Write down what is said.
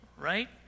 right